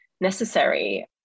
necessary